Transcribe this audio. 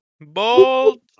Bolt